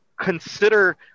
consider